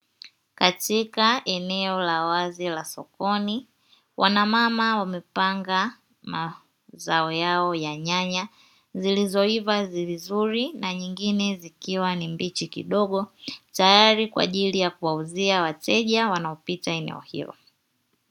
Katika eneo la wazi la sokoni wanamama wamepanga mazao yao ya nyanya zilizoiva vizuri na nyingine zikiwa ni mbichi kidogo, tayari kwa ajili ya kuwauzia wateja wanaopita eneo hilo.